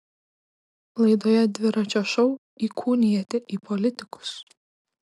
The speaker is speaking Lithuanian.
laidoje dviračio šou įkūnijate į politikus